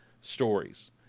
stories